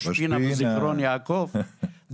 ראש פינה וזיכרון יעקב,